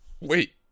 Wait